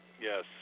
Yes